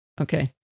Okay